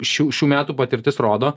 šių šių metų patirtis rodo